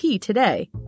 today